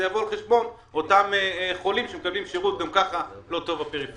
זה יבוא על חשבון אותם חולים שמקבלים גם ככה שירות לא טוב בפריפריה.